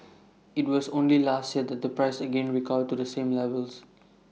IT was only last year that the price again recovered to the same levels